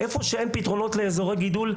איפה שאין פתרונות לאזורי גידול,